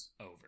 over